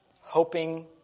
hoping